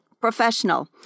professional